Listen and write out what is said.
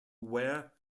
wear